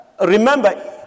Remember